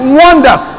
wonders